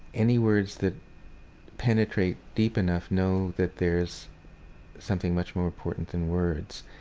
any words that penetrate deep enough know that there's something much more important than words.